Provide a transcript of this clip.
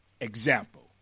Example